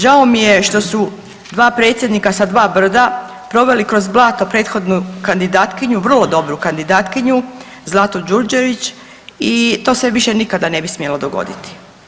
Žao mi je što su dva predsjednika sa dva brda proveli kroz blato prethodnu kandidatkinju, vrlo dobru kandidatkinju Zlatu Đurđević i to se više nikada ne bi smjelo dogoditi.